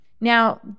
Now